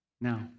Now